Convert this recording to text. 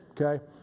okay